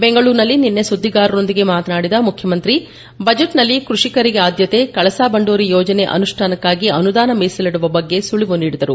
ಬೆಂಗಳೂರಿನಲ್ಲಿ ನಿನ್ನೆ ಸುದ್ದಿಗಾರರೊಂದಿಗೆ ಮಾತನಾಡಿದ ಮುಖ್ಯಮಂತ್ರಿ ಬಜೆಟ್ನಲ್ಲಿ ಕ್ವಡಿಕರಿಗೆ ಆದ್ಯತೆ ಕಳಸಾ ಬಂಡೂರಿ ಯೋಜನೆ ಅನುಷ್ಣಾನಕ್ಕಾಗಿ ಅನುದಾನ ಮೀಸಲಿದುವ ಬಗ್ಗೆ ಸುಳಿವು ನೀಡಿದರು